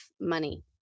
money